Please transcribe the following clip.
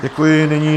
Děkuji.